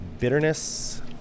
Bitterness